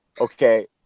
Okay